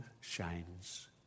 shines